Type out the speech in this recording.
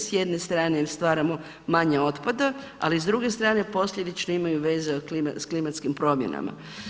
S jedne strane stvaramo manje otpada, ali s druge strane posljedično imaju veze s klimatskim promjenama.